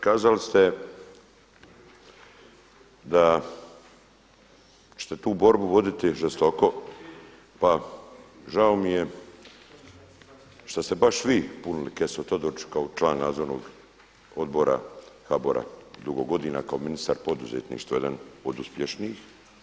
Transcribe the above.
Kazali ste da ćete tu borbu voditi žestoko pa žao mi je što ste baš vi punili kesu Todoriću kao član nadzornog odbora HBOR-a, dugo godina kao ministar poduzetništva, jedan od uspješnijih.